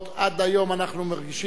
עד היום אנחנו מרגישים מה,